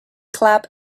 clap